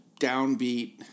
downbeat